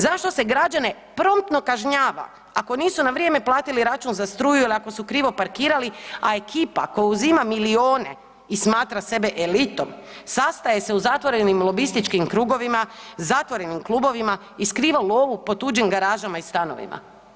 Zašto se građane promtno kažnjava ako nisu na vrijeme platili račun za struju ili ako su krivo parkirali, a ekipa koja uzima milione i smatra sebe elitom sastaje se u zatvorenim lobističkim krugovima, zatvorenim klubovima i skriva lovu po tuđim garažama i stanovima.